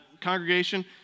congregation